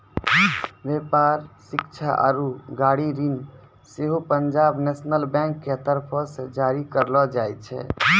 व्यापार, शिक्षा आरु गाड़ी ऋण सेहो पंजाब नेशनल बैंक के तरफो से जारी करलो जाय छै